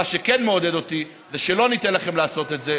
מה שכן מעודד אותי זה שלא ניתן לכם לעשות את זה,